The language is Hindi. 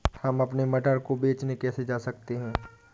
हम अपने मटर को बेचने कैसे जा सकते हैं?